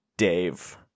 dave